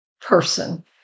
person